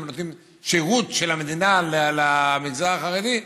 הם נותנים שירות של המדינה למגזר החרדי,